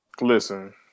Listen